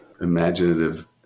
imaginative